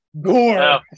gore